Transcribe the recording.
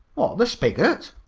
the spigot?